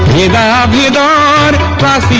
da da da da da